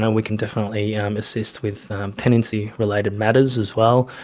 and we can definitely um assist with tenancy related matters as well.